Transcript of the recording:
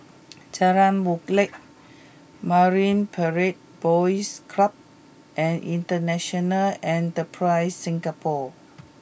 Jalan Molek Marine Parade Boys Club and International Enterprise Singapore